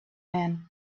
man